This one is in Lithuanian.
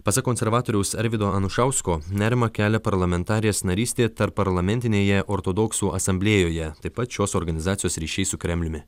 pasak konservatoriaus arvydo anušausko nerimą kelia parlamentarės narystė tarpparlamentinėje ortodoksų asamblėjoje taip pat šios organizacijos ryšiai su kremliumi